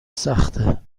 سخته